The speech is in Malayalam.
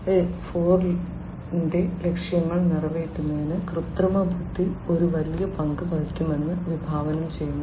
0 യുടെ ലക്ഷ്യങ്ങൾ നിറവേറ്റുന്നതിന് കൃത്രിമബുദ്ധി ഒരു വലിയ പങ്ക് വഹിക്കുമെന്ന് വിഭാവനം ചെയ്യുന്നു